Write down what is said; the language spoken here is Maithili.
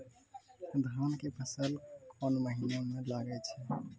धान के फसल कोन महिना म लागे छै?